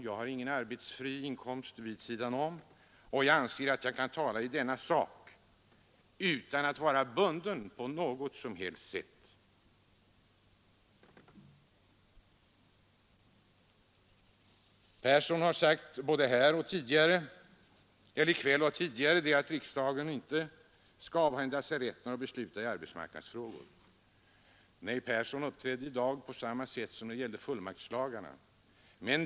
Jag har ingen arbetsfri inkomst vid sidan om, och jag anser att jag kan tala i denna sak utan att vara bunden på något som helst sätt. Herr Persson har sagt både i kväll och tidigare att riksdagen inte skall avhända sig rätten att besluta i arbetsmarknadsfrågor. Herr Persson uppträdde i dag på samma sätt som när det gällde fullmaktslagen.